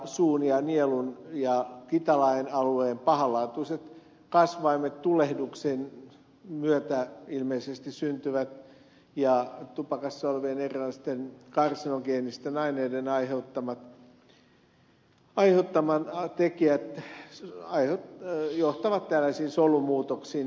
suun nielun ja kitalaen alueen pahanlaatuiset kasvaimet syntyvät ilmeisesti tulehduksien myötä ja tupakassa olevien erilaisten karsinogeenisten aineiden aiheuttamat tekijät johtavat tällaisiin solumuutoksiin